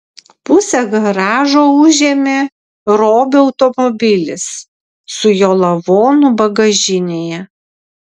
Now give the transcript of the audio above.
pusę garažo užėmė robio automobilis su jo lavonu bagažinėje